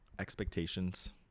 expectations